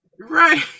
Right